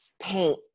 paint